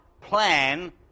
plan